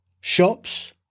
shops